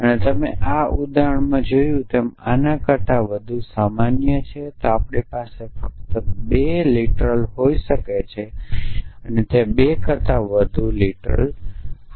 જો તમે આ ઉદાહરણમાં જોયું તેમ પર આના કરતાં વધુ સામાન્ય છે તો આપણી પાસે ફક્ત 2 શાબ્દિક હોઈ અથવા તે 2 કરતાં વધુ શાબ્દિક હોઈ શકે છે